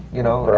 you know?